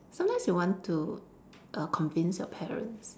sometimes you want to err convince your parents